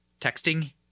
texting